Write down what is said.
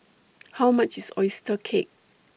How much IS Oyster Cake